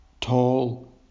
tall